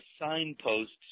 signposts